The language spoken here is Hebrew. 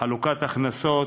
חלוקת הכנסות,